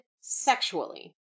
sexually